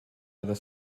other